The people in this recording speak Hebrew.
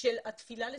של התפילה לציון.